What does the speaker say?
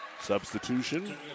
Substitution